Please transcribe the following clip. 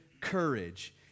courage